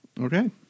Okay